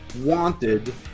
wanted